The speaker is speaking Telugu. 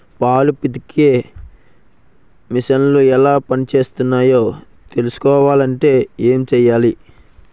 పాలు పితికే మిసన్లు ఎలా పనిచేస్తాయో తెలుసుకోవాలంటే ఏం చెయ్యాలి?